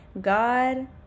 God